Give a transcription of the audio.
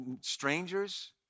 strangers